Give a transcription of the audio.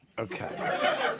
Okay